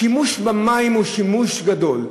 השימוש במים הוא שימוש גדול.